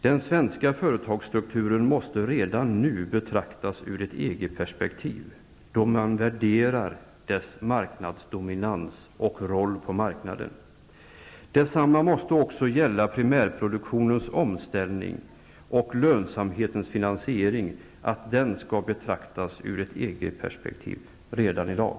Den svenska företagsstrukturen måste redan nu betraktas ur ett EG-perspektiv, då man värderar dess marknadsdominans och roll på marknaden. Detsamma måste också gälla primärproduktionens omställning och lönsamhetens finansiering, också de skall betraktas ur ett EG-perspektiv redan i dag.